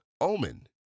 Omen